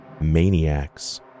maniacs